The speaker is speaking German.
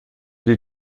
die